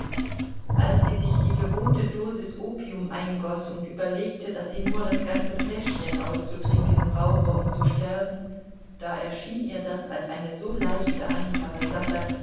als sie sich die gewohnte dosis opium eingoß und überlegte daß sie nur das ganze fläschchen auszutrinken brauche um zu sterben da erschien ihr das als eine so leichte einfache sache